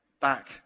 back